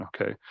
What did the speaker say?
Okay